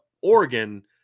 Oregon